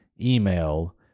email